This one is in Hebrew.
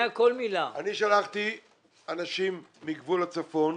להגיד ששלחתי אנשים מגבול הצפון